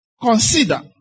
consider